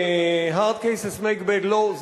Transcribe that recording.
HSard cases make bad law.